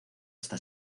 esta